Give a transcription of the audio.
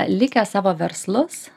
likę savo verslus